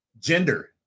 Gender